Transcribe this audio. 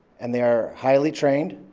and they are highly trained,